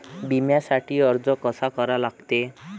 बिम्यासाठी अर्ज कसा करा लागते?